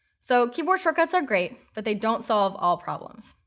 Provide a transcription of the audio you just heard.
so keyboard shortcuts are great, but they don't solve all problems.